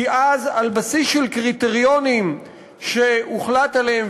כי אז על בסיס של קריטריונים שהוחלט עליהם,